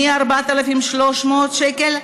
מ-4,300 שקל,